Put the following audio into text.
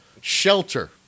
Shelter